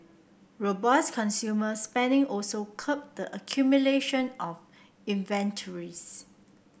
robust consumer spending also curbed the accumulation of inventories